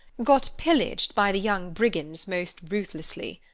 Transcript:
got pillaged by the young brigands most ruthlessly.